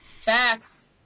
Facts